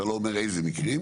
אתה לא אומר איזה מקרים.